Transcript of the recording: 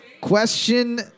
Question